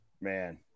Man